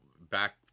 back